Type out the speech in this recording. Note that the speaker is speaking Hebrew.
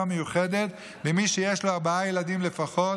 מיוחדת למי שיש לו ארבעה ילדים לפחות,